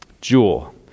jewel